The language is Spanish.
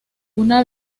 una